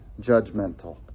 judgmental